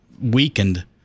weakened